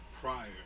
Prior